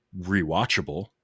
rewatchable